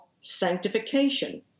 sanctification